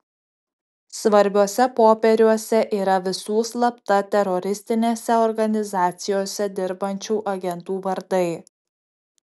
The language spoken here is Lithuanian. svarbiuose popieriuose yra visų slapta teroristinėse organizacijose dirbančių agentų vardai